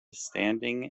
standing